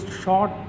short